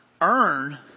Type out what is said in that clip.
earn